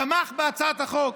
תמך בהצעת החוק.